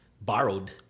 borrowed